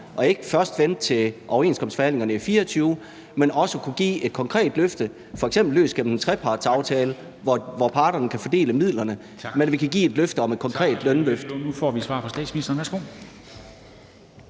og ikke først vente til overenskomstforhandlingerne i 2024, men altså f.eks. også gennem en trepartsaftale, hvor parterne kan fordele midlerne, give et løfte om et konkret lønløft.